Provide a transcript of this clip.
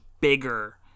bigger